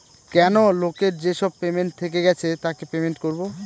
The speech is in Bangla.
কেনো লোকের যেসব পেমেন্ট থেকে গেছে তাকে পেমেন্ট করবো